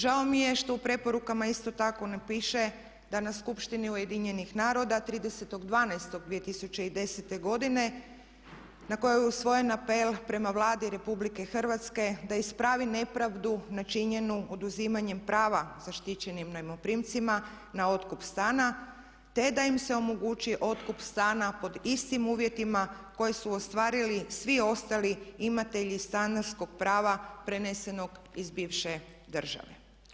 Žao mi je što u preporukama isto tako ne piše da na Skupštini UN-a 30.12.2010. godine na kojoj je usvojen apel prema Vladi RH da ispravi nepravdu načinjenu oduzimanjem prava zaštićenim najmoprimcima na otkup stana te da im se omogući otkup stana pod istim uvjetima koje su ostvarili svi ostali imatelji stanarskog prava prenesenog iz bivše države.